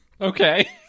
Okay